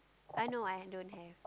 ah no I don't have